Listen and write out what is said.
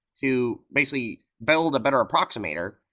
to basically build a better approximator,